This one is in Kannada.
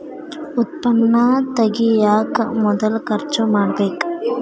ಉತ್ಪನ್ನಾ ತಗಿಯಾಕ ಮೊದಲ ಖರ್ಚು ಮಾಡಬೇಕ